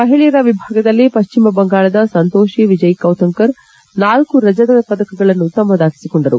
ಮಹಿಳೆಯರ ವಿಭಾಗದಲ್ಲಿ ಪಶ್ಚಿಮ ಬಂಗಾಳದ ಸಂತೋಷಿ ವಿಜಯ್ ಕೌತಂಕರ್ ನಾಲ್ಲು ರಜತ ಪದಕಗಳನ್ನು ತಮ್ಮದಾಗಿಸಿಕೊಂಡರು